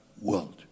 world